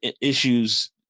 issues